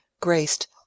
graced